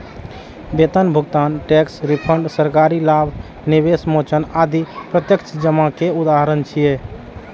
वेतन भुगतान, tax refund, सरकारी लाभ, निवेश मोचन आदि प्रत्यक्ष जमा के उदाहरण छियै